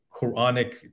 Quranic